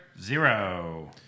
Zero